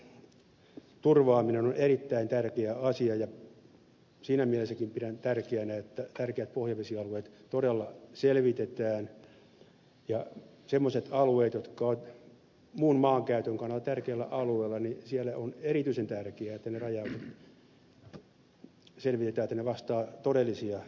pohjaveden turvaaminen on erittäin tärkeä asia ja siinä mielessäkin pidän tärkeänä että tärkeät pohjavesialueet todella selvitetään ja semmoisilla alueilla jotka ovat muun maankäytön kannalta tärkeillä alueilla on erityisen tärkeää että ne rajaukset selvitetään että ne vastaavat todellisia tarpeita